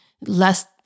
less